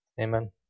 Amen